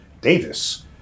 Davis